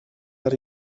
are